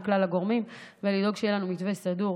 כלל הגורמים ולדאוג שיהיה לנו מתווה סדור,